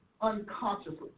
unconsciously